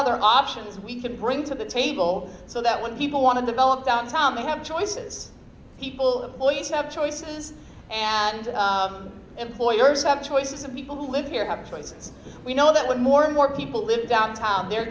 other options we can bring to the table so that when people want to develop downtown they have choices people boys have choices and employers have choices of people who live here have choices we know that with more and more people living downtown they're